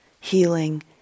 healing